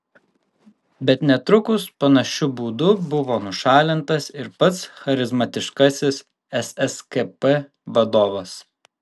bet netrukus panašiu būdu buvo nušalintas ir pats charizmatiškasis sskp vadovas